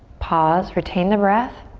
pause, retain the breath.